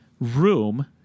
room